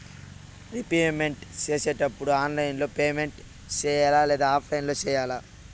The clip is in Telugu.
రీపేమెంట్ సేసేటప్పుడు ఆన్లైన్ లో పేమెంట్ సేయాలా లేదా ఆఫ్లైన్ లో సేయాలా